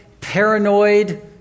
paranoid